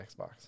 Xbox